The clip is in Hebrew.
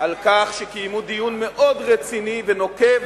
על כך שקיימו דיון רציני מאוד ונוקב,